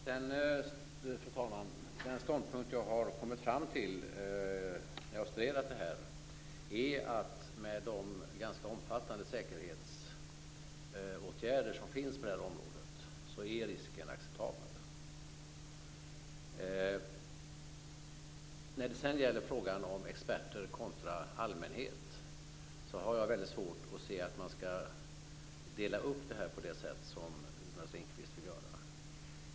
Fru talman! Den ståndpunkt jag har kommit fram till när jag studerat det här är att med de ganska omfattande säkerhetsåtgärder som finns på det här området är risken acceptabel. När det sedan gäller frågan om experter kontra allmänhet har jag väldigt svårt att se att man skall dela upp det här på det sätt som Jonas Ringqvist vill göra.